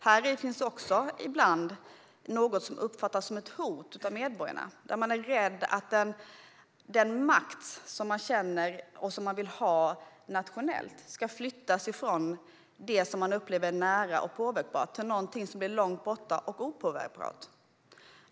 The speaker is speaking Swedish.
Det uppfattas ibland som ett hot av medborgarna. Man är rädd att den makt som man vill ha nationellt ska flyttas från det som man upplever som nära och påverkbart till någonting som är långt borta och opåverkbart.